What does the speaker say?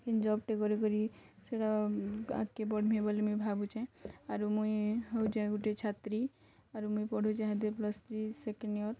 କେନ୍ ଜବ୍ଟେ କରି କରି ସେଟା ଆଗ୍କେ ବଢ଼୍ମି ବୋଲି ମୁଇଁ ଭାବୁଛେଁ ଆରୁ ମୁଇଁ ହଉଛେଁ ଗୁଟେ ଛାତ୍ରୀ ଆରୁ ମୁଇଁ ପଢ଼ୁଛେଁ ହେନ୍ତି ପ୍ଲସ୍ ଥ୍ରି ସେକେଣ୍ଡ୍ ଇୟର୍